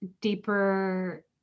deeper